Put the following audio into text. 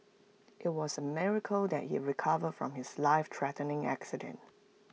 IT was A miracle that he recovered from his lifethreatening accident